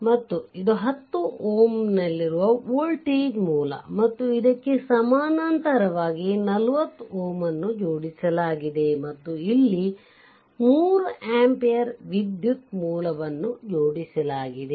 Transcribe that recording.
ಮತ್ತು ಇದು 10 Ω ನಲ್ಲಿರುವ ವೋಲ್ಟೇಜ್ ಮೂಲ ಮತ್ತು ಇದಕ್ಕೆ ಸಮಾನಾಂತರವಾಗಿ 40 Ω ನ್ನು ಜೋಡಿಸಲಾಗಿದೆ ಮತ್ತು ಇಲ್ಲಿ 3 ampere ವಿದ್ಯುತ್ ಮೂಲವನ್ನು ಜೋಡಿಸಲಾಗಿದೆ